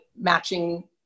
matching